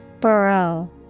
Burrow